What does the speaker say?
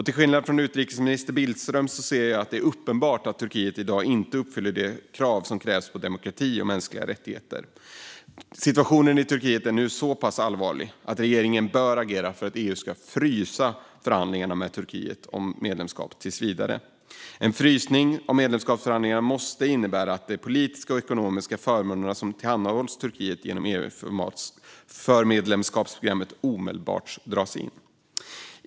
Till skillnad från utrikesminister Billström ser jag att det är uppenbart att Turkiet i dag inte uppfyller kraven på demokrati och mänskliga rättigheter. Situationen i Turkiet är nu så pass allvarlig att regeringen bör agera för att EU tills vidare ska frysa förhandlingarna om medlemskap med Turkiet. En frysning av medlemskapsförhandlingarna måste innebära att de politiska och ekonomiska förmåner som tillhandahålls Turkiet genom EU:s förmedlemskapsprogram omedelbart dras in.